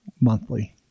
monthly